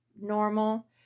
normal